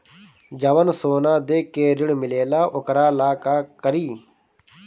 जवन सोना दे के ऋण मिलेला वोकरा ला का करी?